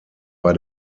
bei